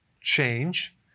change